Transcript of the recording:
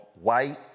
White